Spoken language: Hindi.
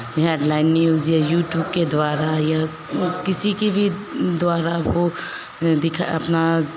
हेडलाइन न्यूज़ या यूट्यूब के द्वारा यह किसी की द्वारा वो दिख अपना